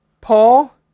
Paul